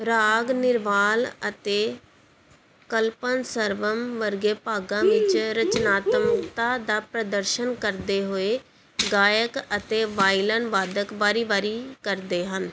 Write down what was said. ਰਾਗ ਨਿਰਵਾਲ ਅਤੇ ਕਲਪਨਸਰਵਮ ਵਰਗੇ ਭਾਗਾਂ ਵਿੱਚ ਰਚਨਾਤਮਕਤਾ ਦਾ ਪ੍ਰਦਰਸ਼ਨ ਕਰਦੇ ਹੋਏ ਗਾਇਕ ਅਤੇ ਵਾਇਲਨ ਵਾਦਕ ਵਾਰੀ ਵਾਰੀ ਕਰਦੇ ਹਨ